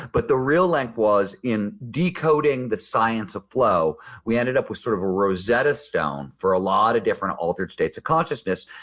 but the real link was in decoding the science of flow, we ended up with sort of a rosetta stone for a lot of different altered states of consciousness.